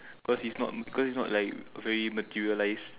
cause it's not cause it's not like very materialised